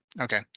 Okay